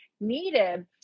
needed